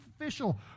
official